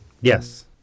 yes